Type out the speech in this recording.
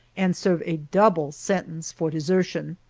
and serve a double sentence for desertion!